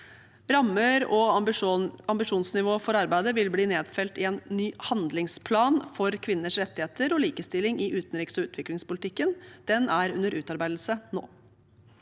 Rammer og ambisjonsnivå for arbeidet vil bli nedfelt i en ny handlingsplan for kvinners rettigheter og likestilling i utenriks- og utviklingspolitikken. Den er under utarbeidelse nå.